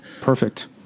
Perfect